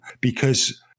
because-